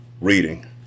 reading